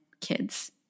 kids